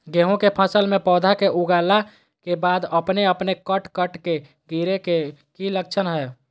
गेहूं के फसल में पौधा के उगला के बाद अपने अपने कट कट के गिरे के की लक्षण हय?